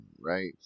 right